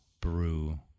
brew